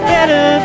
Better